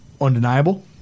Undeniable